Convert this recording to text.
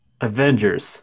Avengers